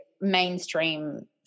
mainstream